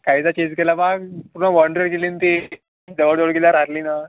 कायचं चीज केलं मग पूर्ण बाँड्रीवर गेली ना ती जवळजवळ गेल्यावर हरली ना